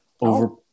over